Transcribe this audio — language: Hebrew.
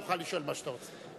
ותוכל לשאול מה שאתה רוצה.